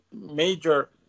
major